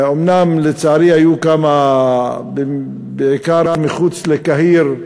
אומנם לצערי היו כמה, בעיקר מחוץ לקהיר,